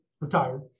retired